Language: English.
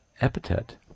epithet